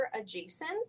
adjacent